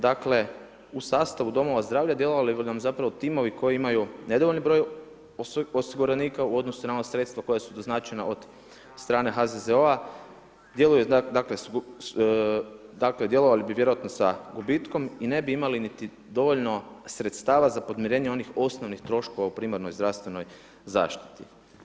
Dakle u sastavu domova zdravlja djelovali bi nam zapravo timovi koji imaju nedovoljan broj osiguranika u odnosu na ona sredstva koja su doznačena od strane HZZO-a, dakle djelovali bi dakle sa gubitkom i ne bi imali niti dovoljno sredstava za podmirenje onih osnovnih troškova u primarnoj zdravstvenoj zaštiti.